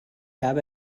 gab